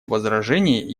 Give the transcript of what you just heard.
возражений